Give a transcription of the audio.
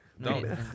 No